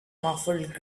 muffled